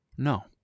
No